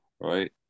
right